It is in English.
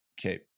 Okay